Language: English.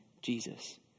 Jesus